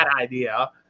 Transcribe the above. idea